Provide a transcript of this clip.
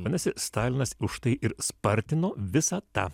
vadinasi stalinas užtai ir spartino visą tą